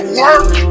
work